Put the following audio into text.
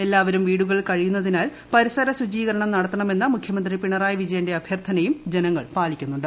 എല്ലാവരും വീടുകളിൽ കഴിയുന്നതിനാൽ പരിസര ശുചീകരണം നടത്തണമെന്ന മുഖ്യമന്ത്രി പിണറായി വിജയന്റെ അഭ്യർഥനയും ജനങ്ങൾ പാലിക്കുന്നുണ്ട്